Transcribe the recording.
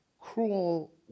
cruel